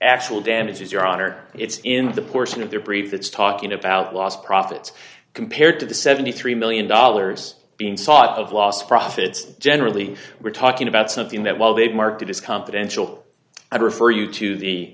actual damages your honor it's in the portion of their brief that's talking about lost profits compared to the seventy three million dollars being sought of lost profits generally we're talking about something that while they market is confidential i refer you to the